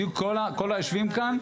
בדיוק כל היושבים כאן,